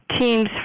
teams